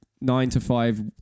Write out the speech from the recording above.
nine-to-five